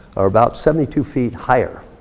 or about seventy two feet higher.